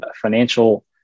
financial